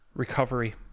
recovery